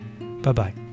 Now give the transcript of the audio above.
Bye-bye